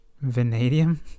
Vanadium